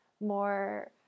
more